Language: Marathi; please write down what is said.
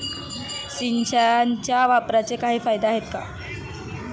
सिंचनाच्या वापराचे काही फायदे आहेत का?